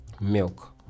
milk